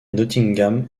nottingham